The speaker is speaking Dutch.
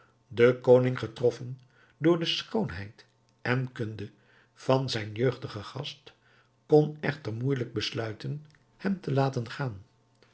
de koning getroffen door de schoonheid en kunde van zijn jeugdigen gast kon echter moeijelijk besluiten hem te laten gaan